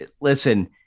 listen